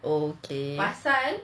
okay